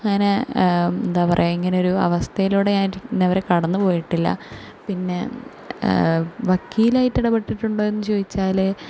അങ്ങനെ എന്താണ് പറയുക ഇങ്ങനെ ഒരു അവസ്ഥയിലൂടെ ഞാൻ ഇന്നേ വരെ കടന്ന് പോയിട്ടില്ല പിന്നെ വക്കീലായിട്ട് ഇടപെട്ടിട്ടുണ്ടോ എന്ന് ചോദിച്ചാൽ